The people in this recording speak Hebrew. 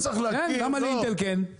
למה לאינטל כן?